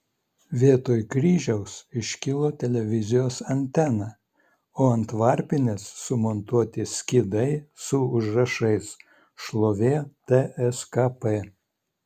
vietoj kryžiaus iškilo televizijos antena o ant varpinės sumontuoti skydai su užrašais šlovė tskp